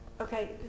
Okay